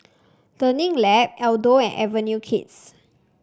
Learning Lab Aldo and Avenue Kids